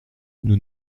nous